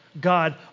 God